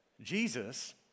Jesus